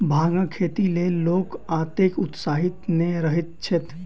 भांगक खेतीक लेल लोक ओतेक उत्साहित नै रहैत छैथ